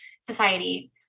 society